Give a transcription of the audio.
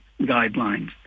guidelines